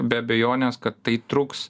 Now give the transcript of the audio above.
be abejonės kad tai truks